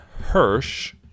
Hirsch